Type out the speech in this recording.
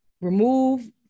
remove